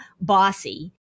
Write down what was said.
bossy